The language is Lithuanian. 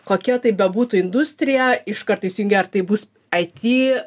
kokia tai bebūtų industrija iš karto įsijungia ar tai bus it